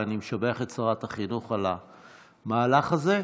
ואני משבח את שרת החינוך על המהלך הזה.